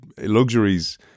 luxuries